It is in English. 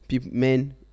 men